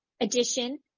edition